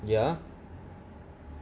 ya